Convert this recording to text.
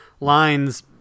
lines